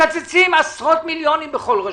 מקצצים עשרות מיליוני שקלים בכל רשות.